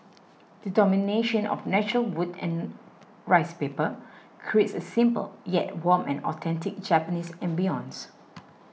the domination of natural wood and rice paper creates a simple yet warm and authentic Japanese ambience